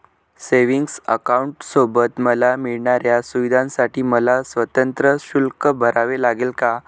Savings अकाउंटसोबत मला मिळणाऱ्या सुविधांसाठी मला स्वतंत्र शुल्क भरावे लागेल का?